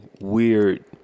weird